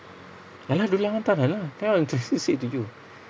a'ah dulang hantaran lah kan I want to to say to you